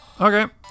okay